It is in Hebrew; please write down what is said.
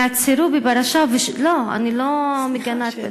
נעצרו בפרשה, לא, אני לא מגנה.